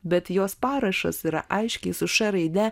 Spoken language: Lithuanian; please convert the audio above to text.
bet jos parašas yra aiškiai su š raide